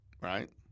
right